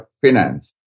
Finance